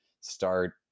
start